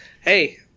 hey